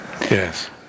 Yes